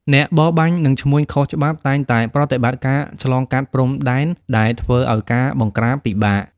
អ្នកបរបាញ់ និងឈ្មួញខុសច្បាប់តែងតែប្រតិបត្តិការឆ្លងកាត់ព្រំដែន ដែលធ្វើឲ្យការបង្ក្រាបពិបាក។